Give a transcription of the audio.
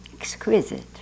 Exquisite